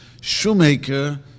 Shoemaker